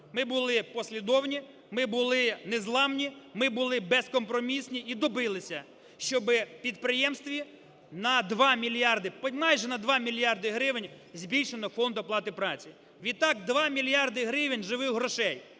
Ми були послідовні, ми були незламні, ми були безкомпромісні і добилися, щоб в підприємстві на 2 мільярди, майже на 2 мільярди гривень збільшено фонд оплати праці. Відтак 2 мільярди гривень живих грошей